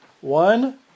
one